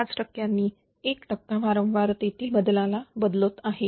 5 टक्क्यांनी 1 टक्का वारंवार तेतील बदलाला बदलत आहे